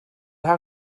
how